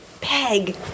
Peg